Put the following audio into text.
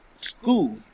school